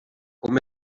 com